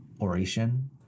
oration